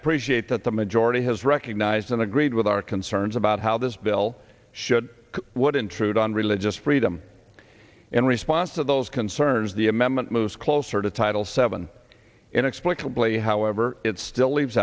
appreciate that the majority has recognized and agreed with our concerns about how this bill should what intrude on religious freedom in response to those concerns the amendment moves closer to title seven inexplicably however it still leaves